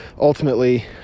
ultimately